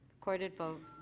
recorded vote.